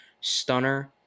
stunner